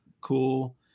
Cool